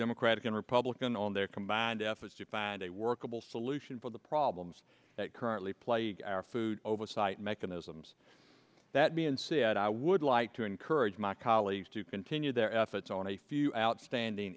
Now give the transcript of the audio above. democratic and republican on their combined efforts to find a workable solution for the problems that currently plague our food oversight mechanisms that me and said i would like to encourage my colleagues to continue their efforts on a few outstanding